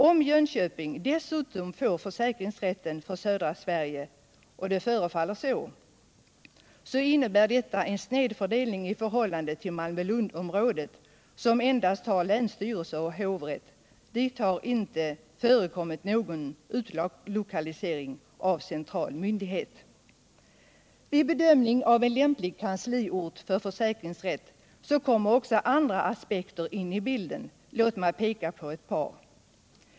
Om Jönköping dessutom får försäkringsrätten för södra Sverige — och det förefaller så — innebär detta en snedfördelning i förhållande till Malmö-Lundområdet, som endast har länsstyrelse och hovrätt. Dit har inte gjorts någon utlokalisering av central myndighet. Vid bedömningen av en lämplig kansliort för försäkringsrätt kommer också andra aspekter in i bilden. Låt mig peka på ett par.